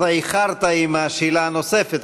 אתה איחרת עם השאלה הנוספת,